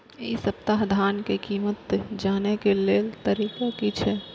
इ सप्ताह धान के कीमत जाने के लेल तरीका की छे?